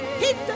keep